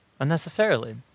Unnecessarily